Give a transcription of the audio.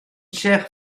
chair